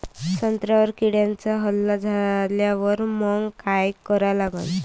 संत्र्यावर किड्यांचा हल्ला झाल्यावर मंग काय करा लागन?